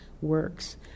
works